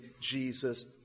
Jesus